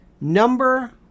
Number